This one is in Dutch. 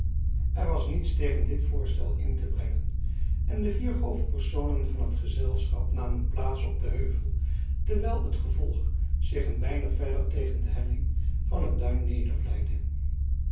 er was niets tegen dit voorstel in te brengen en de vier hoofdpersonen van het gezelschap namen plaats op den heuvel terwijl het gevolg zich een weinig verder tegen de helling van het duin